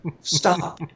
stop